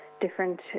different